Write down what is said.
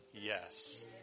yes